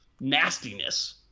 nastiness